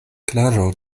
klaro